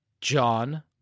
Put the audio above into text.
John